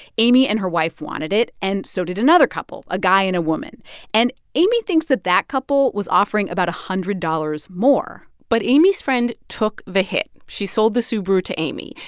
amy and her wife wanted it, and so did another couple a guy and a woman. and amy thinks that that couple was offering about one hundred dollars more but amy's friend took the hit. she sold the subaru to amy.